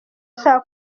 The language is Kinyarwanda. saa